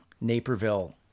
Naperville